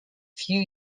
few